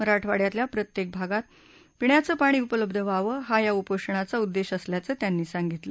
मराठवाड्यातल्या प्रत्येक भागात पिण्याचं पाणी उपलब्ध व्हावं हा या उपोषणाचा उद्देश असल्याचं त्यांनी सांगितलं